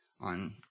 on